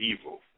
evil